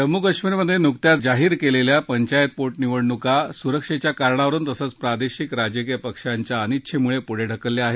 जम्मू कश्मीरमधे नुकत्याच जाहीर केलेल्या पंचायत पोट निवडणुका सुरक्षेच्या कारणावरुन तसंच प्रादेशिक राजकीय पक्षांच्या अनिच्छेमुळे पुढे ढकलल्या आहेत